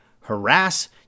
harass